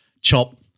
chop